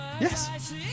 Yes